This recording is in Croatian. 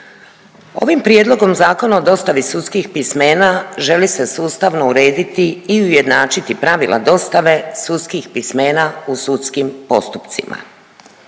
Ovim Prijedlogom Zakona o dostavi sudskih pismena želi se sustavno urediti i ujednačiti pravila dostave sudskih pismena u sudskim postupcima.